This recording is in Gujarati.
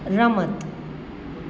રમત